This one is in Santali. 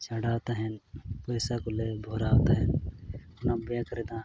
ᱪᱷᱟᱰᱟᱣ ᱛᱟᱦᱮᱱ ᱯᱚᱭᱥᱟ ᱠᱚᱞᱮ ᱵᱷᱚᱨᱟᱣ ᱛᱟᱦᱮᱱ ᱚᱱᱟ ᱨᱮᱱᱟᱜ